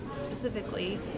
specifically